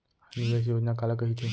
निवेश योजना काला कहिथे?